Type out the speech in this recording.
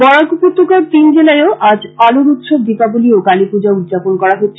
বরাক উপত্যকার তিন জেলায়ও আজ আলোর উৎসব দীপাবলী ও কালীপজা উদযাপন করা হচ্ছে